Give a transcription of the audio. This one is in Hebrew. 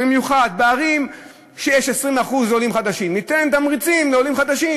במיוחד בערים שיש בהן 20% עולים חדשים ניתן תמריצים לעולים חדשים.